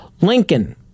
Lincoln